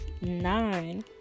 nine